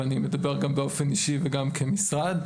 ואני מדבר גם באופן אישי וגם כמשרד,